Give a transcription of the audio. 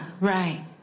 right